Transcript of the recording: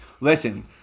Listen